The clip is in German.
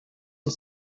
uns